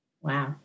Wow